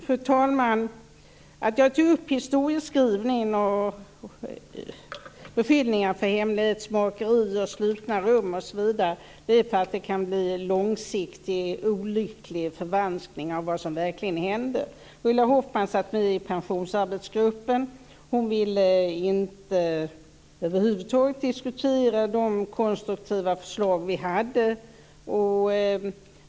Fru talman! Att jag tog upp historieskrivningen och beskyllningar för hemlighetsmakeri, slutna rum osv. beror på att det kan bli en långsiktig olycklig förvanskning av vad som verkligen hände. Ulla Hoffmann satt med i Pensionsarbetsgruppen. Hon ville över huvud taget inte diskutera de konstruktiva förslag vi hade.